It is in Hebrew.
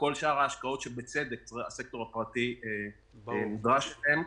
וכל שאר ההשקעות שהסקטור הפרטי נדרש אליהן.